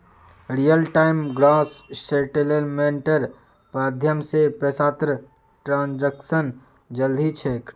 real time gross सेटलमेंटेर माध्यम स पैसातर ट्रांसैक्शन जल्दी ह छेक